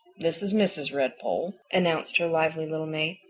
this is mrs. redpoll, announced her lively little mate.